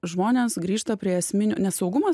žmonės grįžta prie esminių nes saugumas